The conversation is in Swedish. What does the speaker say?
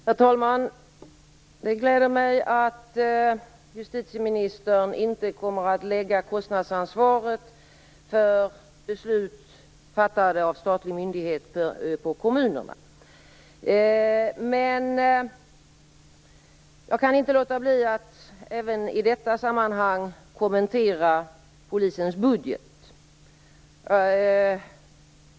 Herr talman! Det gläder mig att justitieministern inte kommer att lägga kostnadsansvaret för beslut fattade av statlig myndighet på kommunerna. Men jag kan inte låta bli att även i detta sammanhang kommentera Polisens budget.